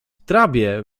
trawie